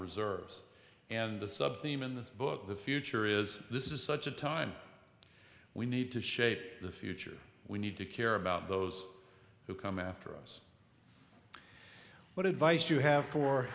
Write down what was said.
reserves and the sub name in this book the future is this is such a time we need to shape the future we need to care about those who come after us what advice you have fo